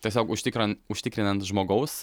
tiesiog užtikran užtikrinant žmogaus